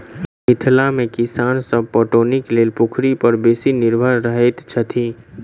मिथिला मे किसान सभ पटौनीक लेल पोखरि पर बेसी निर्भर रहैत छथि